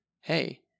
hey